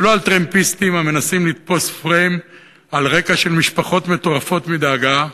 ולא על טרמפיסטים המנסים לתפוס פריים על רקע של משפחות מטורפות מדאגה,